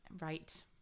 right